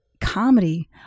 comedy